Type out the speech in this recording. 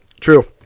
True